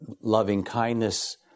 loving-kindness